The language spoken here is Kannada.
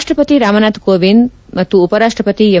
ರಾಷ್ಟಪತಿ ರಾಮನಾಥ್ ಕೋವಿಂದ್ ಮತ್ತು ಉಪರಾಷ್ಟಪತಿ ಎಂ